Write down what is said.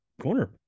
corner